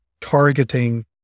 targeting